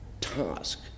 task